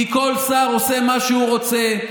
כי כל שר עושה מה שהוא רוצה.